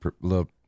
look